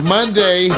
Monday